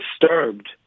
disturbed